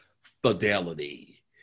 fidelity